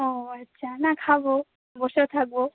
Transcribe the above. ও আচ্ছা না খাবো বসেও থাকবো